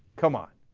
come on.